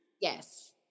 yes